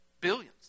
Billions